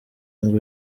ngo